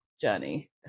journey